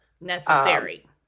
necessary